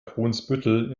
brunsbüttel